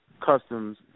Customs